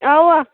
اوا